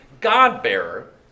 God-bearer